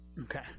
Okay